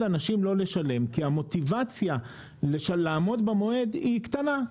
אנשים לא לשלם כי המוטיבציה לעמוד במועד היא קטנה.